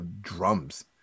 drums